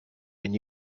and